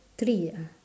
three ah